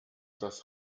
das